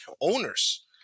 owners